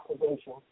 observation